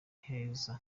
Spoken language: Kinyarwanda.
heza